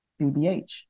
BBH